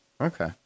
Okay